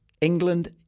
England